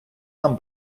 нам